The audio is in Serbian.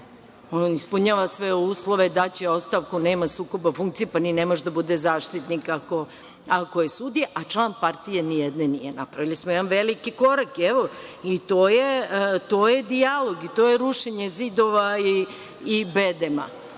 a ispunjava sve uslove, daće ostavku, nema sukoba funkcija. Pa, ne može da bude Zaštitnik ako je sudija, a član partije nijedne nije. Napravili smo jedan veliki korak. Evo, i to je dijalog i to je rušenje zidova i bedema,